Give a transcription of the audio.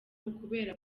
ukubera